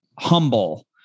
Humble